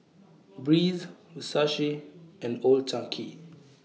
Breeze and Old Chang Kee